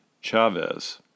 Chavez